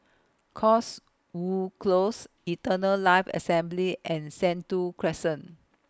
Cotswold Close Eternal Life Assembly and Sentul Crescent